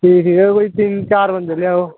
ठीक ऐ ठीक ऐ कोई तिन चार बंदे लेआओ